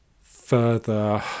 further